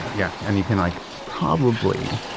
yeah. and you can like probably,